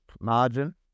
Margin